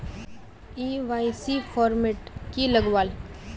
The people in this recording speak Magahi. के.वाई.सी फॉर्मेट की लगावल?